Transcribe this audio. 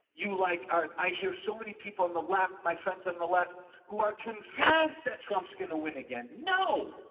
you like it. i hear so many people on the left. my friends on the left who are convinced that trump's going to win again. no.